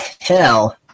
hell